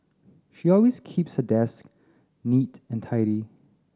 she always keeps her desk neat and tidy